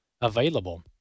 available